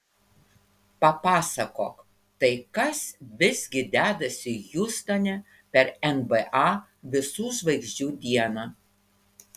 papasakok tai kas visgi dedasi hjustone per nba visų žvaigždžių dieną